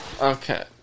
Okay